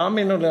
תאמינו לי,